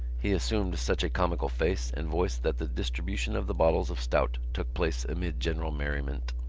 he assumed such a comical face and voice that the distribution of the bottles of stout took place amid general merriment.